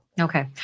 Okay